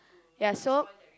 ya so